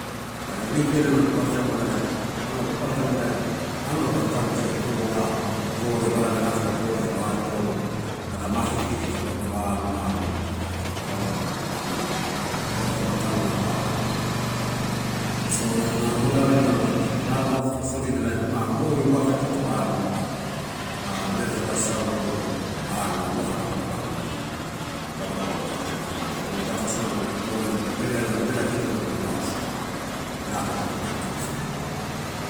Are weekend ai paparataim ela nalo paparataim ela anua daba tataudia koa, gore bara na dipa gore, daba lo aritotoru, market kiki daba alo nalo lago dabulama tanu, dabalama tanu karai. So ela nalo moderareui, raremasodina ma oi uwaka kiki daba alo, ah peleuta sasau polo alo ela ma daba lauma lago daba ogatama ogata asoma lago dapalo perea. Perea kiki ela lago dapa mausman nalo laa pe protect timuo.